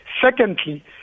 Secondly